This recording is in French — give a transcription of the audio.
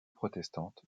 protestante